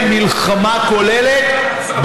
התשע"ח 2018,